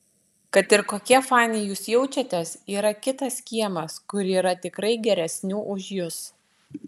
kad ir kokie faini jūs jaučiatės yra kitas kiemas kur yra tikrai geresnių už jus